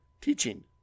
teaching